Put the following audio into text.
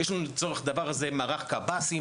יש לנו לצורך הדבר הזה מערך קבסים,